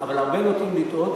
אבל הרבה נוטים לטעות.